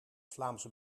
vlaams